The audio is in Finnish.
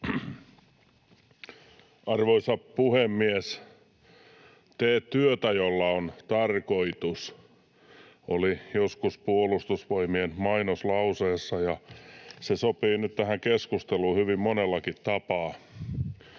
Arvoisa puhemies! ”Tee työtä, jolla on tarkoitus” oli joskus Puolustusvoimien mainoslauseessa, ja se sopii nyt tähän keskusteluun hyvin monellakin tapaa.